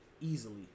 easily